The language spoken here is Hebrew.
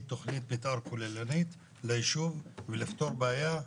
תכנית מתאר כוללנית לישוב ולפתור בעיה,